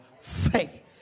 faith